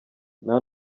nta